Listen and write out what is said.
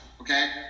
Okay